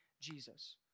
Jesus